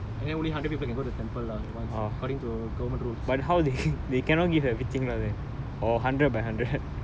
this [one] they give packed food give everyone so eh only hundred people lah can go to temple lah once according to government rules